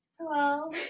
Hello